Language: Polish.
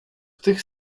tych